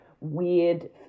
weird